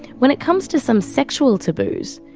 when it comes to some sexual taboos,